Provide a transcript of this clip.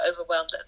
overwhelmed